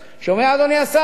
אדוני השר,